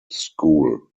school